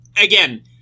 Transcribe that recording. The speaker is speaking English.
Again